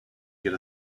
get